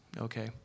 Okay